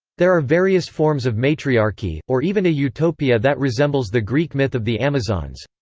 there are various forms of matriarchy, or even a utopia that resembles the greek myth of the amazons.